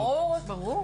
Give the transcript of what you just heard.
ברור.